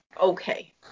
okay